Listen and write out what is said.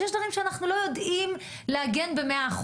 יש דברים שאנחנו לא יודעים להגן ב-100%.